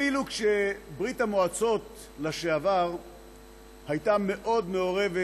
אפילו כשברית המועצות לשעבר הייתה מאוד מעורבת